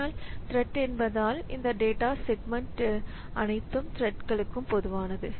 ஆனால் த்ரெட் என்பதால் இந்த டேட்டா செக்மெண்ட் அனைத்து த்ரெட் களுக்கும் பொதுவானது